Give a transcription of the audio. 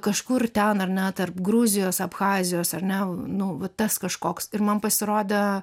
kažkur ten ar ne tarp gruzijos abchazijos ar ne nu va tas kažkoks ir man pasirodė